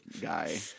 guy